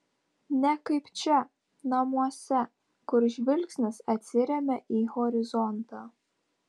ne kaip čia namuose kur žvilgsnis atsiremia į horizontą